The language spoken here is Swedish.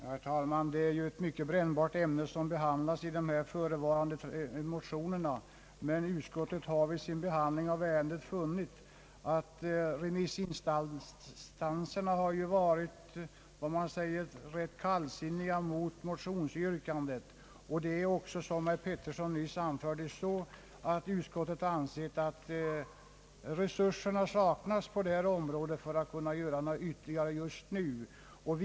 Herr talman! Det är ett mycket brännbart ämne som behandlas i förevarande motioner, men utskottet har vid sin behandling av ärendet funnit att remissinstanserna har varit ganska kallsinniga mot motionsyrkandet, Utskottet har också, som herr Petersson nyss anförde, ansett att resurser saknas för att just nu kunna göra något ytterligare på detta område.